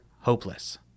hopeless